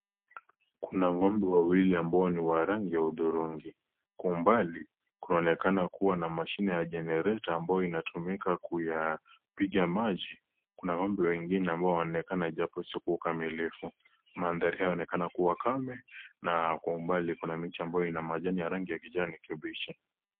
Kuna Ng'ombe wawili ambao ni wa rangi ya udhurungi, kwa umbali unainekana kuwa na mashine ya genereta ambayo inatumika kuyapiga maji kuna ng'ombe wengine ambayo unaonekana japo ukamilifu. Mandhari hayo ni kuwa kame na kwa umbali kuna miti ambaye ina matawi ya rangi kibichi.